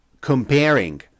comparing